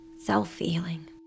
self-healing